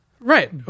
Right